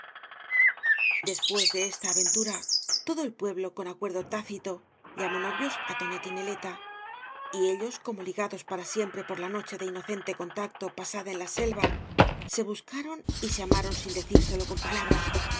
después de esta aventura todo el pueblo con acuerdo tácito llamó novios á tonet y neleta y ellos como ligados para siempre por la noche de inocente contacto pasada en la selva se buscaron y se amaron sin decírselo con palabras